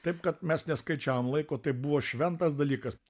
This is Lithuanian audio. taip kad mes neskaičiavom laiko tai buvo šventas dalykas